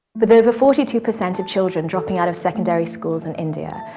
with over forty two percent of children dropping out of secondary schools in india,